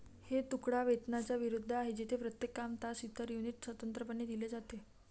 हे तुकडा वेतनाच्या विरुद्ध आहे, जेथे प्रत्येक काम, तास, इतर युनिट स्वतंत्रपणे दिले जाते